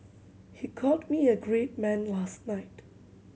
he called me a great man last night